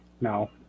No